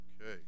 Okay